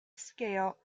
scale